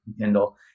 Kindle